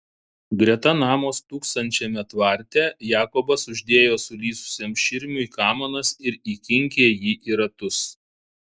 greta namo stūksančiame tvarte jakobas uždėjo sulysusiam širmiui kamanas ir įkinkė jį į ratus